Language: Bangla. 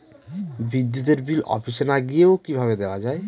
বিদ্যুতের বিল অফিসে না গিয়েও কিভাবে দেওয়া য়ায়?